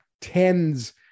tens